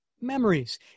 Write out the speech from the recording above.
Memories